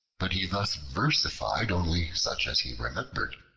but he thus versified only such as he remembered.